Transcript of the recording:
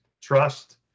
Trust